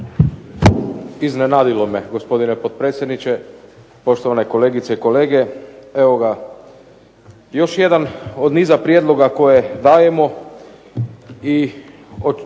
Dino (SDP)** Gospodine potpredsjedniče. Poštovane kolegice i kolege. Evo ga još jedan od niza prijedloga koje dajemo